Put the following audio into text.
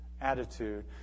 attitude